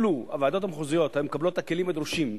אילו הוועדות המחוזיות היו מקבלות את הכלים הדרושים,